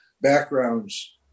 backgrounds